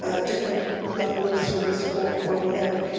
ah different level of service or or whatever.